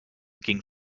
ging